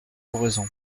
oraison